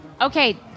Okay